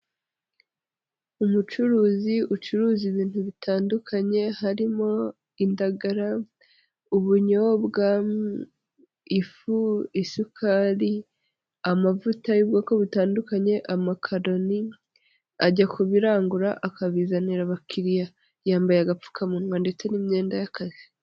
Umucuruzi ucuruza ibintu bitandukanye harimo indagara, ubunyobwa, ifu, isukari amavuta y'ubwoko butandukanye, amakaroni, ajya kubirangura akabizanira abakiriya yambaye agapfukamunwa ndetse n'imyenda y'akazi.